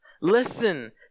Listen